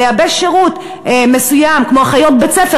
לייבש שירות מסוים כמו אחיות בית-ספר